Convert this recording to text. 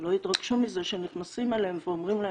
שלא יתרגשו מזה שנכנסים אליהם ואומרים: